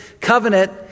covenant